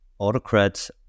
autocrats